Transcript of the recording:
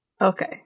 Okay